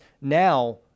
now